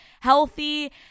healthy